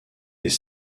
des